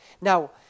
Now